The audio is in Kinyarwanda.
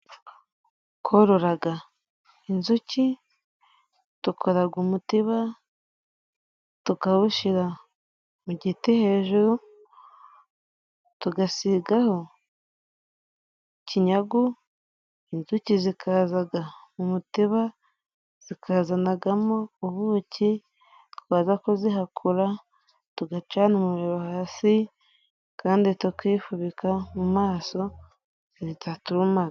Kororaga inzuki dukoraga umutiba, tukawushyira mu giti hejuru tugasigaho ikinyagu, inzuki zikazaga mu mutiba zikazanagamo ubuki twaza kuzihakura tugacana umuriro hasi kandi tukifubika mu maso zitaturumaga.